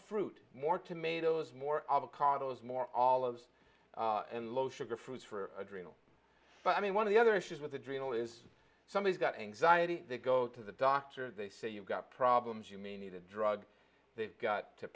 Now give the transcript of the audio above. fruit more tomatoes more of a condo's more all of those and low sugar fruits for adrenal but i mean one of the other issues with adrenal is somebody's got anxiety they go to the doctor they say you've got problems you may need a drug they've got to